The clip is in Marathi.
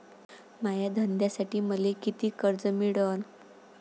माया धंद्यासाठी मले कितीक कर्ज मिळनं?